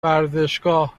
ورزشگاه